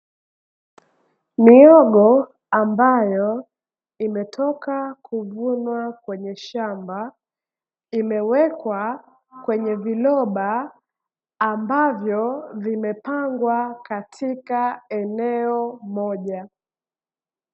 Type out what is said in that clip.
Mihogo ambayo imetoka kuvunwa kwenye shamba, imewekwa kwenye viroba ambavyo vimepangwa katika eneo moja.